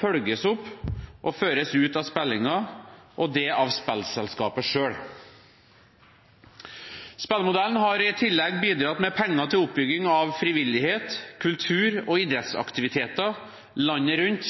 følges opp og føres ut av spillingen – og det av spillselskapet selv. Spillmodellen har i tillegg bidratt med penger til oppbygging av frivillighet, kultur og idrettsaktiviteter landet rundt,